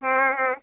हाँ